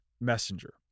messenger